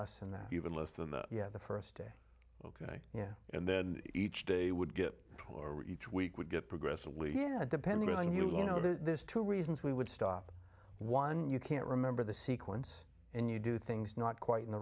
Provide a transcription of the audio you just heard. less than that even less than the you have the first day ok yeah you know each day would get each week would get progressively yeah depending on you know there's two reasons we would stop one you can't remember the sequence and you do things not quite in the